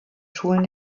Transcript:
schulen